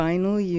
Final